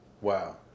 Wow